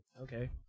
okay